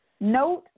Note